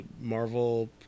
Marvel